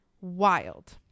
wild